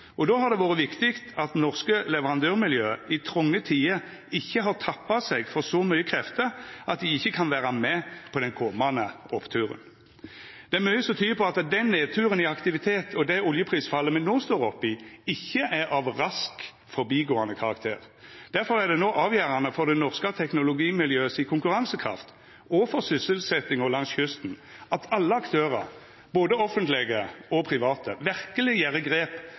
og då har det vore viktig at det norske leverandørmiljøet i tronge tider ikkje har tappa seg for så mykje krefter at dei ikkje kan vera med på den komande oppturen. Det er mykje som tyder på at den nedturen i aktivitet, og det oljeprisfallet me noe står oppe i, ikkje er av rask forbigåande karakter. Derfor er det no avgjerande for det norske teknologimiljøet si konkurransekraft og for sysselsetjinga langs kysten at alle aktørar, både offentlege og private, verkeleg gjer grep